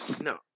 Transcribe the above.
No